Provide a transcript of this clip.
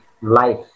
life